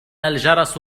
الجرس